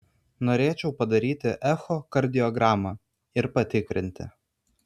norėčiau padaryti echokardiogramą ir patikrinti